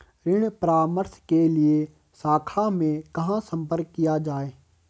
ऋण परामर्श के लिए शाखा में कहाँ संपर्क किया जाए?